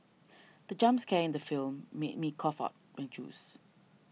the jump scare in the film made me cough out my juice